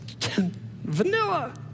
Vanilla